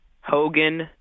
Hogan